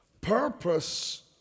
Purpose